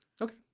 okay